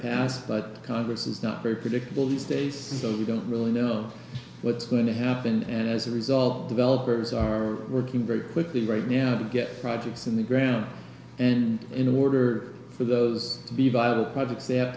past but congress is not very predictable these days so you don't really know what's going to happen and as a result developers are working very quickly right now to get projects in the ground and in order for those to be viable projects they have